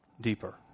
deeper